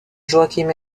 joachim